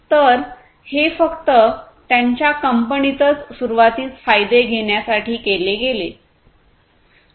तर हे फक्त त्यांच्या कंपनीतच सुरुवातीस फायदे घेण्यासाठी केले गेले